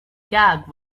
gag